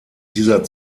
dieser